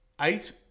eight